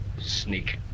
Sneak